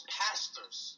pastors